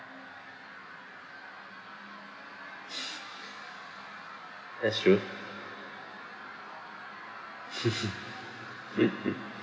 that's true